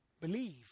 believe